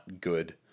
good